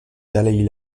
dalaï